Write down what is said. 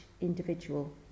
individual